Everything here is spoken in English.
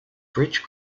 bridge